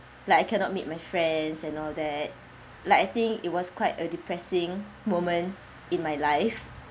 like I cannot meet my friends and all that like I think it was quite a depressing moment in my life